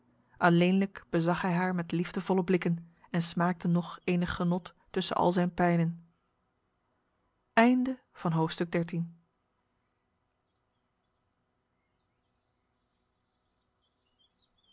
alleenlijk bezag hij haar met liefdevolle blikken en smaakte nog enig genot tussen al zijn pijnen